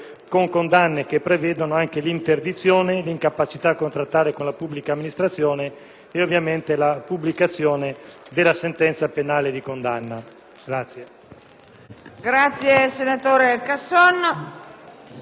con condanne che prevedono anche l'interdizione, l'incapacità a contrattare con la pubblica amministrazione e, ovviamente, la pubblicazione della sentenza penale di condanna.